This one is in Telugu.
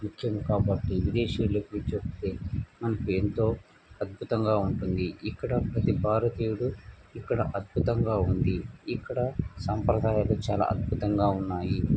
ముఖ్యం కాబట్టి విదేశీయులకు చెప్తే మనకి ఎంతో అద్భుతంగా ఉంటుంది ఇక్కడ ప్రతి భారతీయుడు ఇక్కడ అద్భుతంగా ఉంది ఇక్కడ సాంప్రదాయాలు చాలా అద్భుతంగా ఉన్నాయి